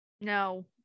No